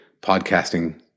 podcasting